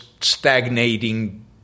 stagnating